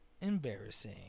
Embarrassing